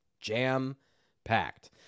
jam-packed